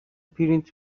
پرینت